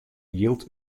jild